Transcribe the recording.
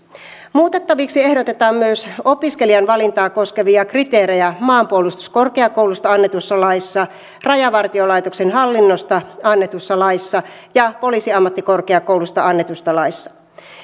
muutettaviksi ehdotetaan myös opiskelijan valintaa koskevia kriteerejä maanpuolustuskorkeakoulusta annetussa laissa rajavartiolaitoksen hallinnosta annetussa laissa ja poliisiammattikorkeakoulusta annetussa laissa